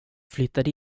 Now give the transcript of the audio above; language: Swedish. flyttade